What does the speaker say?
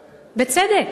בצדק.